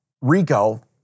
Rico